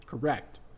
Correct